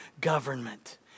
government